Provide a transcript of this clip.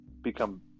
become